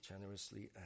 generously